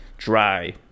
dry